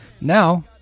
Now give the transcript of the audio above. Now